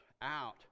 out